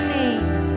names